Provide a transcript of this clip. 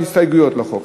יש הסתייגויות לחוק,